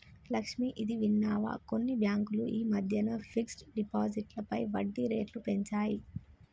లక్ష్మి, ఇది విన్నావా కొన్ని బ్యాంకులు ఈ మధ్యన ఫిక్స్డ్ డిపాజిట్లపై వడ్డీ రేట్లు పెంచాయి